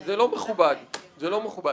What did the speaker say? זה לא מכובד, זה לא מכובד.